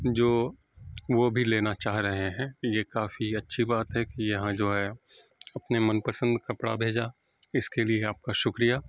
جو وہ بھی لینا چاہ رہے ہیں یہ کافی اچھی بات ہے کہ یہاں جو ہے اپنے من پسند کپڑا بھیجا اس کے لیے آپ کا شکریہ